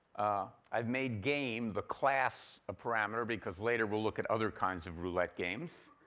i've made game the class a parameter, because later we'll look at other kinds of roulette games.